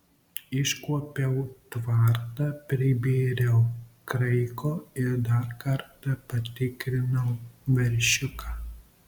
iškuopiau tvartą pribėriau kraiko ir dar kartą patikrinau veršiuką